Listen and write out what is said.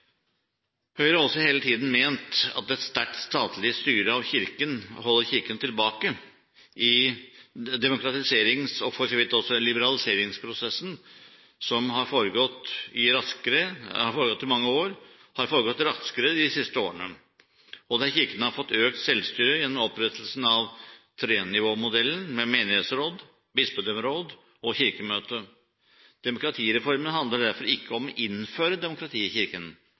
Høyre har også hele tiden ment at et sterkt statlig styre av Kirken holder Kirken tilbake. Demokratiseringsprosessen – og for så vidt også liberaliseringsprosessen – i Kirken har aldri gått raskere enn i de siste årene, der Kirken har fått økt selvstyre gjennom opprettelsen av trenivåmodellen, med menighetsråd, bispedømmeråd og kirkemøte. Demokratireformen handler derfor ikke om å innføre demokrati i Kirken,